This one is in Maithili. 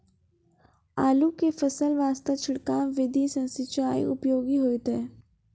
आलू के फसल वास्ते छिड़काव विधि से सिंचाई उपयोगी होइतै?